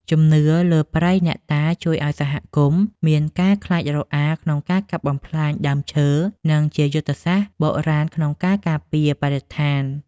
ជំនឿលើព្រៃអ្នកតាជួយឱ្យសហគមន៍មានការខ្លាចរអាក្នុងការកាប់បំផ្លាញដើមឈើ និងជាយុទ្ធសាស្ត្របុរាណក្នុងការការពារបរិស្ថាន។